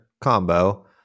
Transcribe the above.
combo